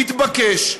מתבקש,